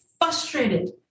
frustrated